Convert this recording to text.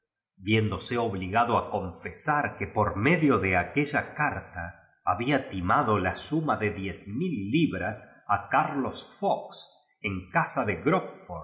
viéndose obligado a confesar que por medio de aque lla carta bahía timado la suma de diez mil libras a carlos fox en casa de